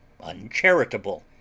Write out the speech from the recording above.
uncharitable